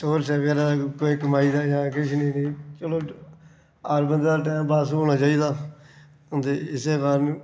source ऐ बेचारे दा कोई कमाई या किश नेईं ते चलो हर बंदे दा टाइम पास होना चाही दा ते इस्सै कारण